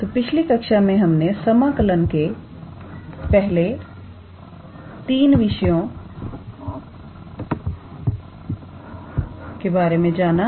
तो पिछली कक्षा मे हमने समाकलन के पहले तीन विषयों के बारे में जाना